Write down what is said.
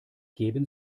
geben